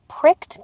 pricked